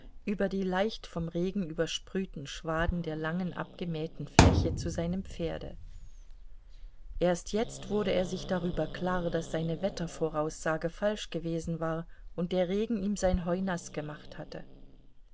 über die leicht vom regen übersprühten schwaden der langen abgemähten fläche zu seinem pferde erst jetzt wurde er sich darüber klar daß seine wettervoraussage falsch gewesen war und der regen ihm sein heu naß gemacht hatte